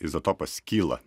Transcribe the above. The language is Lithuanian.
izotopas skyla